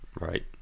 Right